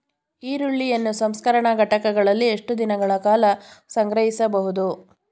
ಈರುಳ್ಳಿಯನ್ನು ಸಂಸ್ಕರಣಾ ಘಟಕಗಳಲ್ಲಿ ಎಷ್ಟು ದಿನಗಳ ಕಾಲ ಸಂಗ್ರಹಿಸಬಹುದು?